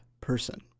person